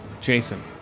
Jason